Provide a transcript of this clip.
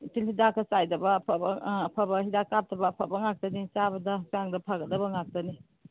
ꯇꯤꯜ ꯍꯤꯗꯥꯛꯀ ꯆꯥꯏꯗꯕ ꯑꯐꯕ ꯑꯥ ꯑꯐꯕ ꯍꯤꯗꯥꯛ ꯀꯥꯞꯇꯕ ꯑꯐꯕ ꯉꯥꯛꯇꯅꯦ ꯆꯥꯕꯗ ꯍꯛꯆꯥꯡꯗ ꯐꯒꯗꯕ ꯉꯥꯛꯇꯅꯤ